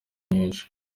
nyinshi